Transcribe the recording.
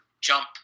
jump